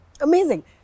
Amazing